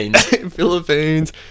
Philippines